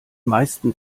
meisten